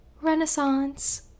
Renaissance